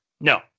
No